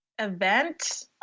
Event